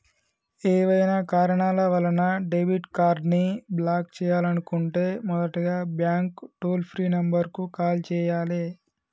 ఏవైనా కారణాల వలన డెబిట్ కార్డ్ని బ్లాక్ చేయాలనుకుంటే మొదటగా బ్యాంక్ టోల్ ఫ్రీ నెంబర్ కు కాల్ చేయాలే